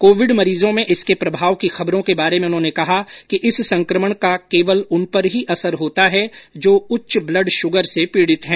Covid मरीजों में इसके प्रभाव की खबरों के बारे में उन्होंने कहा कि इस संक्रमण का केवल उन पर ही असर होता है जो उच्च ब्लड शुगर से पीडित हैं